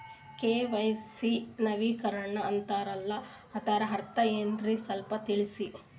KYC ನವೀಕರಣ ಅಂತಾರಲ್ಲ ಅದರ ಅರ್ಥ ಏನ್ರಿ ಸ್ವಲ್ಪ ತಿಳಸಿ?